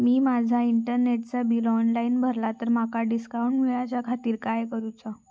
मी माजा इंटरनेटचा bill online भरला तर माका डिस्काउंट मिलाच्या खातीर काय करुचा?